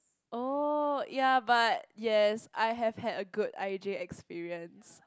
oh ya but yes I have had a good I J experience